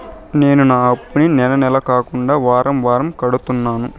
నేను నా అప్పుని నెల నెల కాకుండా వారం వారం కడుతున్నాను